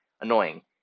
Annoying